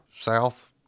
South